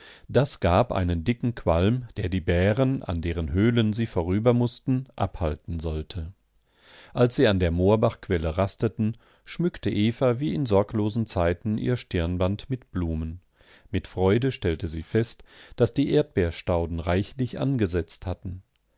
das gab einen dicken qualm der die bären an deren höhlen sie vorübermußten abhalten sollte als sie an der moorbachquelle rasteten schmückte eva wie in sorglosen zeiten ihr stirnband mit blumen mit freude stellte sie fest daß die erdbeerstauden reichlich angesetzt hatten